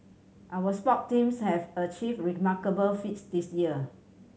our sport teams have achieved remarkable feats this year